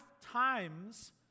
times